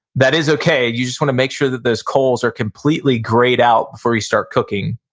that is okay. you just wanna make sure that those coals are completely grayed out before you start cooking.